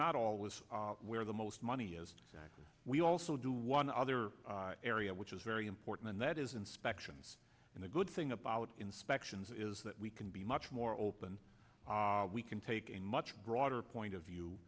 not always where the most money is we also do one other area which is very important and that is inspections and the good thing about inspections is that we can be much more open we can take a much broader point of view